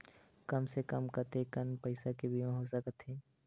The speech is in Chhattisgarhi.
कम से कम कतेकन पईसा के बीमा हो सकथे?